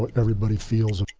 but and everybody feels